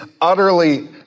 utterly